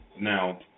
now